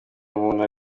umuntu